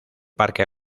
parque